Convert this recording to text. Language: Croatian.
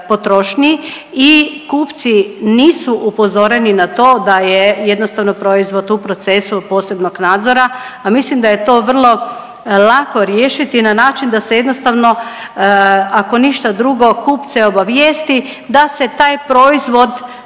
i kupci nisu upozoreni na to da je jednostavno proizvod u procesu posebnog nadzora, a mislim da je to vrlo lako riješiti na način da se jednostavno ako ništa drugo kupce obavijesti da se taj proizvod